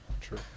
True